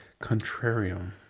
Contrarium